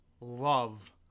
love